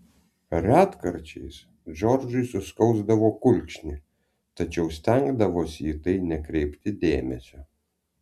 retkarčiais džordžui suskausdavo kulkšnį tačiau stengdavosi į tai nekreipti dėmesio